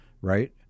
right